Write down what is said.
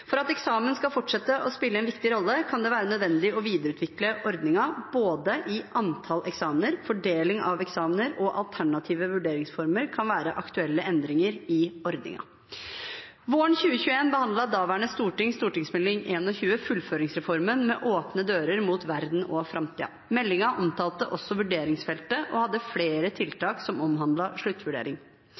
For at eksamen skal fortsette å spille en viktig rolle, kan det være nødvendig å videreutvikle ordningen. Både antall eksamener, fordelingen av eksamener og alternative vurderingsformer kan være aktuelle endringer i ordningen. Våren 2021 behandlet daværende storting Meld. St. 21 for 2020–2021, «Fullføringsreformen – med åpne dører mot verden og fremtiden». Meldingen omtalte også vurderingsfeltet, og hadde flere tiltak som omhandlet sluttvurdering.